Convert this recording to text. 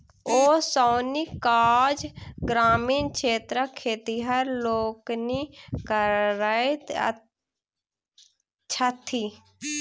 ओसौनीक काज ग्रामीण क्षेत्रक खेतिहर लोकनि करैत छथि